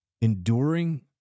Enduring